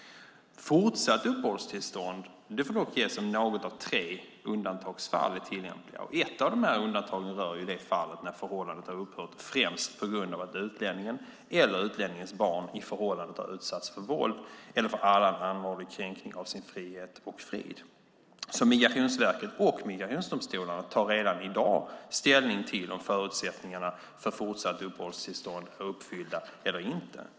Fortsatt uppehållstillstånd får dock ges om något av tre undantagsfall är tillämpliga. Ett av dem rör det fall när förhållandet har upphört främst på grund av att utlänningen eller utlänningens barn i förhållandet har utsatts för våld eller annan allvarlig kränkning av sin frihet och frid. Migrationsverket och migrationsdomstolarna tar redan i dag ställning till om förutsättningarna för fortsatt uppehållstillstånd är uppfyllda eller inte.